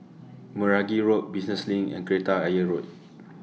Meragi Road Business LINK and Kreta Ayer Road